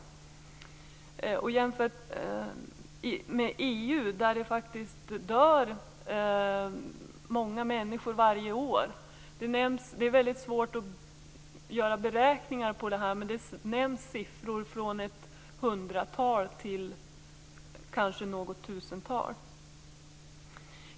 Detta skall jämföras med hur det är i EU där många människor faktiskt dör varje år. Det är svårt att göra beräkningar. Olika siffror nämns, från ett hundratal till kanske något tusental.